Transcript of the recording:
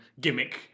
gimmick